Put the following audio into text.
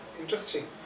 interesting